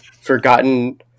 forgotten